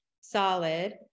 solid